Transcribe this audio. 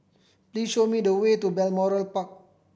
please show me the way to Balmoral Park